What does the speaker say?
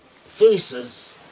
faces